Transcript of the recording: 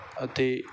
ਅਤੇ